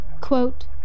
Quote